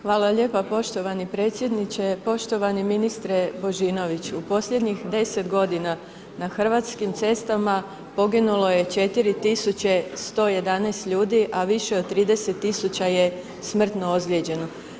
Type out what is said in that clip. Hvala lijepo poštovani predsjedniče, poštovani ministre Božinoviću, u posljednjih 10 g. na hrvatskim cestama, poginulo je 4111 ljudi a više od 30000 je smrtno ozlijeđeno.